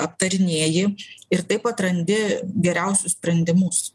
aptarinėji ir taip atrandi geriausius sprendimus